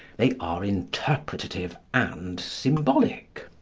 they are interpretative and symbolic.